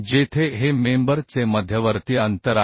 जेथे a हे member चे मध्यवर्ती अंतर आहे